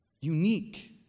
unique